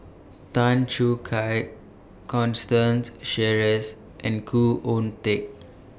Tan Choo Kai Constance Sheares and Khoo Oon Teik